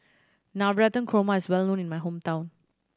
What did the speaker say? Navratan Korma is well known in my hometown